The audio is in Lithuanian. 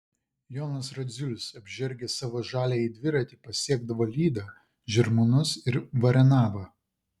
jonas radziulis apžergęs savo žaliąjį dviratį pasiekdavo lydą žirmūnus ir varenavą